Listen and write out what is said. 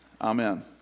Amen